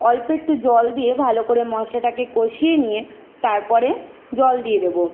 অল্প একটু জল দিয়ে ভালো করে মশলাটাকে কষিয়ে নিয়ে তারপরে জল দিয়ে দেবো